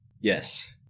Yes